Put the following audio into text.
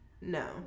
No